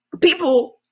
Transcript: people